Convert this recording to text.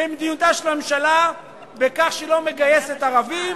במדיניותה של הממשלה בכך שהיא לא מגייסת ערבים,